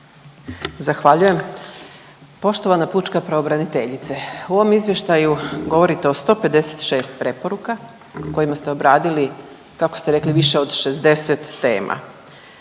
Zahvaljujem. Poštovana pučka pravobraniteljice u ovom izvještaju govorite o 156 preporuka u kojima ste obradili, kako ste rekli više od 60 tema.